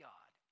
God